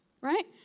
right